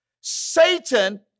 Satan